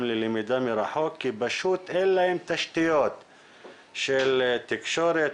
ללמידה מרחוק כי פשוט אין להם תשתיות של תקשורת,